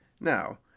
Now